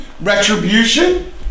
Retribution